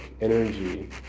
energy